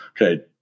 Okay